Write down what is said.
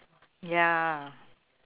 ya